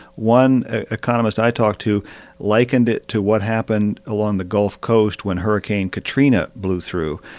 one economist i talked to likened it to what happened along the gulf coast when hurricane katrina blew through.